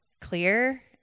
clear